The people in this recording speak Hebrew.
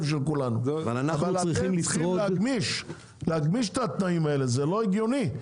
צריך להגמיש את התנאים האלה, זה לא הגיוני.